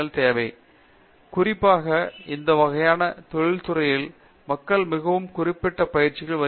பேராசிரியர் சத்யநாராயணன் என் கும்மாடி எனவே குறிப்பாக அந்த வகையான தொழில்களில் மக்கள் மிகவும் குறிப்பிட்ட பயிற்சிக்கு வருகிறார்கள்